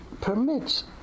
permits